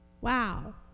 Wow